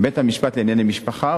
בית-המשפט לענייני משפחה,